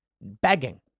Begging